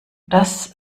das